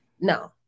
No